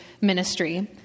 ministry